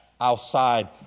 outside